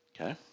Okay